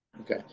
Okay